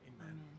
Amen